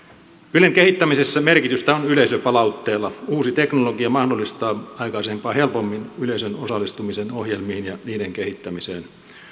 ylen kehittämisessä merkitystä on yleisöpalautteella uusi teknologia mahdollistaa aikaisempaa helpommin yleisön osallistumisen ohjelmiin ja niiden kehittämiseen